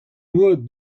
nur